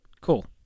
Cool